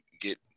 get